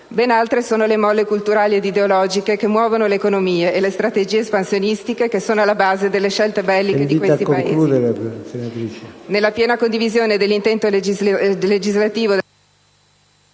Ben altre sono le molle culturali ed ideologiche che muovono le economie e le strategie espansionistiche che sono alla base delle scelte belliche di questi Paesi.